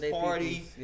party